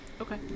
Okay